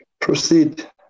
Proceed